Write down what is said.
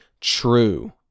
true